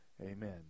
Amen